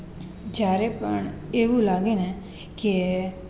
જ્યારે પણ એવું લાગેને કે